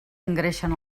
engreixen